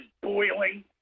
boiling